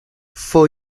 for